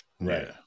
Right